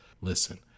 Listen